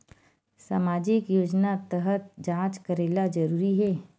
सामजिक योजना तहत जांच करेला जरूरी हे